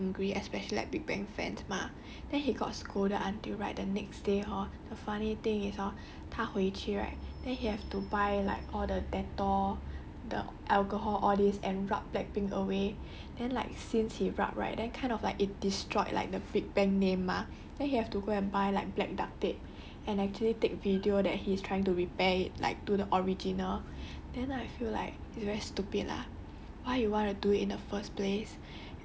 ya then like hor like after he post the video right a lot of people very angry especially like big bang fans mah then he got scolded until right the next day hor the funny thing is hor 他回去 right then he have to buy like all the dettol the alcohol all these and rub blackpink away then like since he rub right then kind of like it destroyed like the big bang name mah then he have to go and buy like black duct tape and actually take video that he's trying to repair it like to the original